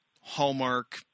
hallmark